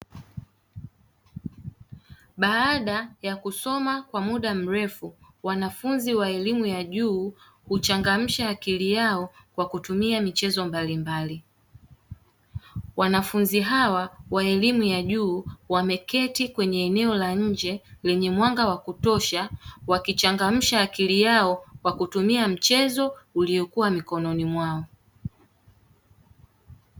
Baada ya kusoma kwa muda mrefu, wanafunzi wa elimu ya juu, huchangamsha akili yao kwa kutumia michezo mbalimbali. Wanafunzi hawa wa elimu ya juu, wameketi kwenye eneo la nje lenye mwanga wa kutosha, wakichangamsha akili yao kwa kutumia mchezo uliokuwa mikononi mwao.